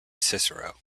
cicero